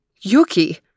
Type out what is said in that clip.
Yuki